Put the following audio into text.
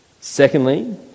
Secondly